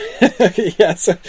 Yes